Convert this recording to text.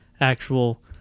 actual